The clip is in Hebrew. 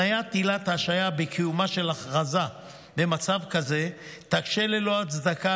והתניית עילת ההשעיה בקיומה של הכרזה במצב כזה תקשה ללא הצדקה